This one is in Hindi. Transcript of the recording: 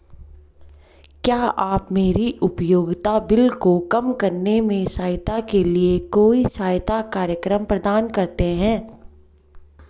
क्या आप मेरे उपयोगिता बिल को कम करने में सहायता के लिए कोई सहायता कार्यक्रम प्रदान करते हैं?